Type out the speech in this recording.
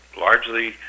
largely